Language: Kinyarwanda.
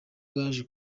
bwaje